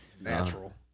Natural